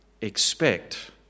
expect